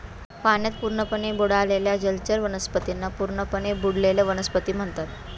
पाण्यात पूर्णपणे बुडालेल्या जलचर वनस्पतींना पूर्णपणे बुडलेल्या वनस्पती म्हणतात